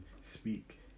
speak